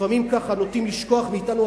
לפעמים כך נוטים לשכוח מאתנו,